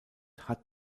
hat